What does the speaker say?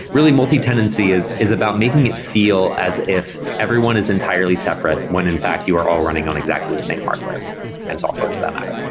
really, multi-tenancy is is about making it feel as if everyone is entirely separate, when in fact you are all running on exactly the same hardware and software for that matter.